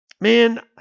man